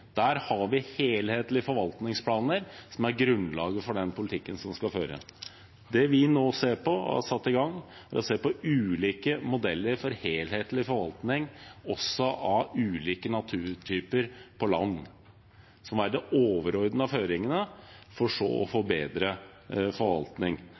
Der har vi helhetlige forvaltningsplaner som er grunnlaget for den politikken som skal føres. Det vi nå har satt i gang og ser på, er ulike modeller for helhetlig forvaltning også av ulike naturtyper på land, som skal være de overordnede føringene, for så